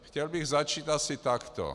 Chtěl bych začít asi takto.